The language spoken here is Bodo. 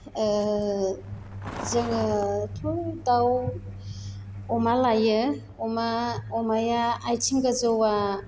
जोङोथ' दाउ अमा लायो अमाया आथिं गोजौआ